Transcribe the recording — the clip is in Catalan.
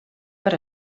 per